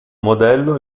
modello